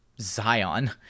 Zion